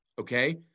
okay